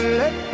let